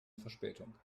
verspätung